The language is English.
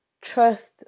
trust